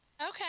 Okay